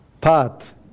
path